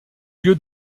lieu